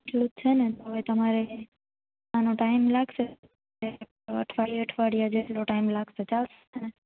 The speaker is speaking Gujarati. આટલું જ છે ને તો હવે તમારે આનો ટાઈમ લાગશે અઠવાડીયા અઠવાડીયા જેટલો ટાઈમ લાગશે ચાલશે ને